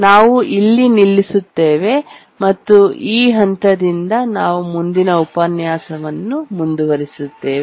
ನಾವು ಇಲ್ಲಿ ನಿಲ್ಲುತ್ತೇವೆ ಮತ್ತು ಈ ಹಂತದಿಂದ ನಾವು ಮುಂದಿನ ಉಪನ್ಯಾಸವನ್ನು ಮುಂದುವರಿಸುತ್ತೇವೆ